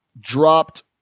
dropped